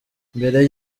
mbere